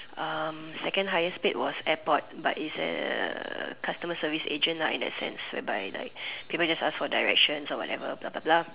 um second highest paid was airport but it's a customer service agent lah in that sense whereby like people just ask for direction or whatever blah blah blah